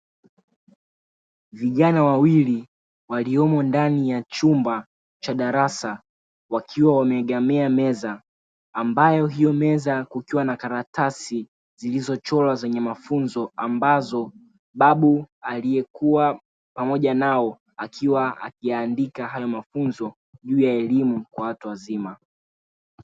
Vijana wawili waliomo ndani ya chumba cha darasa wakiwa wameegamia meza, ambayo hiyo meza kukiwa na karatasi zilizochorwa zenye mafunzo. Ambazo babu aliyekuwa pamoja nao akiwa akiandika hayo mafunzo juu ya elimu kwa watu wazima.